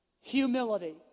humility